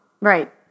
right